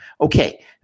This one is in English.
Okay